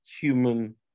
human